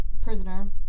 prisoner